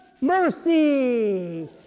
mercy